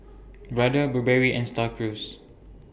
Brother Burberry and STAR Cruise